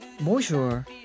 Bonjour